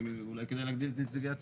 אולי כדאי להגדיל את נציגי הציבור.